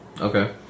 Okay